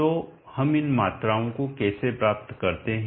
तो हम इन मात्राओं को कैसे प्राप्त करते हैं